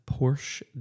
Porsche